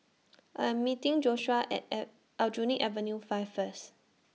I Am meeting Joshuah At Aljunied Avenue five First